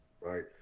Right